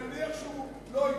ונניח שהוא לא התאבד?